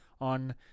on